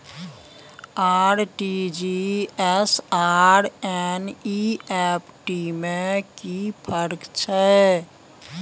RTG S or NEFT में कि फर्क छै?